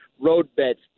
roadbeds